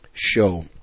show